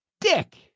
dick